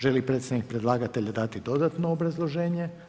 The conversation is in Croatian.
Želi li predstavnik predlagatelja dati dodatno obrazloženje?